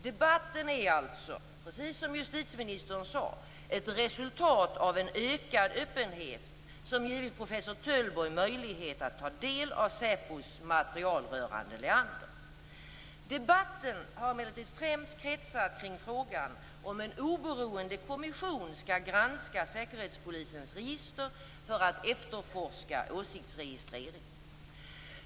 Debatten är alltså, precis som justitieministern sade, ett resultat av en ökad öppenhet som givit professor Töllborg möjlighet att ta del av SÄPO:s material rörande Leander. Debatten har emellertid främst kretsat kring frågan om i fall en oberoende kommission skall granska Säkerhetspolisens register för att efterforska åsiktsregistrering.